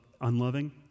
unloving